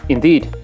Indeed